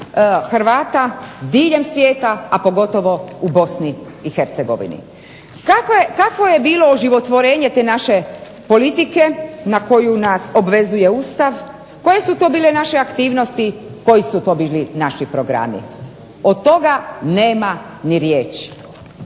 Hrvata diljem svijeta, a pogotovo u Bosni i Hercegovini. Kakvo je bilo oživotvorenje te naše politike na koju nas obvezuje Ustav, koje su to bile naše aktivnosti, koji su to bili naši programi. Od toga nema ni riječi.